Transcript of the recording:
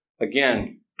Again